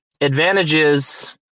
advantages